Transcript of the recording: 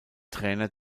trainer